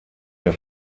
der